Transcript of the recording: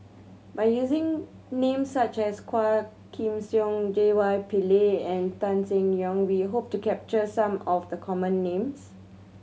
by using names such as Quah Kim Song J Y Pillay and Tan Seng Yong we hope to capture some of the common names